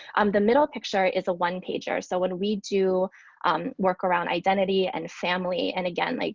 um the middle picture is a one pager. so when we do work around identity and family and again, like